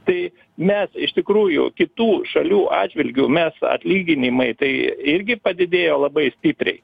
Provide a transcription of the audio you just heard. tai mes iš tikrųjų kitų šalių atžvilgiu mes atlyginimai tai irgi padidėjo labai stipriai